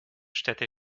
städte